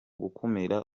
gukumira